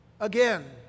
again